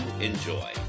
enjoy